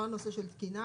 לא על נושא של תקינה.